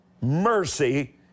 Mercy